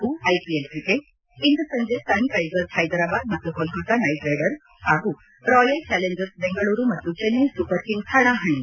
ಹಾಗೂ IPL cricket ಇಂದು ಸಂಜೆ ಸನ್ ರೈಸರ್ಸ್ ಹೈದರಾಬಾದ್ ಮತ್ತು ಕೋಲ್ತತ್ತಾ ನೈಟ್ ರೈಡರ್ಸ್ ಹಾಗೂ ರಾಯಲ್ ಚಾಲೆಂಚರ್್ ಬೆಂಗಳೂರು ಮತ್ತು ಚೆನ್ನೈ ಸೂಪರ್ ಕಿಂಗ್ಸ್ ಹಣಾಹಣಿ